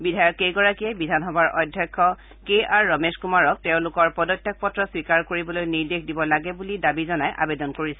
বিধায়ককেইগৰাকীয়ে বিধানসভাৰ অধ্যক্ষ K R Ramesh কুমাৰক তেওঁলোকৰ পদত্যাগ পত্ৰ স্বীকাৰ কৰিবলৈ নিৰ্দেশ দিব লাগে বুলি দাবী জনাই আৱেদন কৰিছিল